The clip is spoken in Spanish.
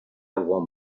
von